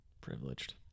privileged